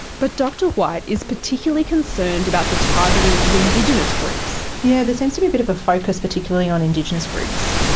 but dr white is particularly concerned about the targeting of indigenous groups. yeah, that seems to be a bit of a focus particularly on indigenous groups.